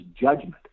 judgment